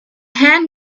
hand